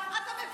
אתה מבייש אותי.